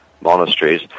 monasteries